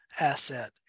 asset